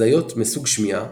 הזיות מסוג שמיעה